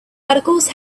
articles